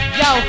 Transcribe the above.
yo